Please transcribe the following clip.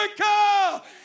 America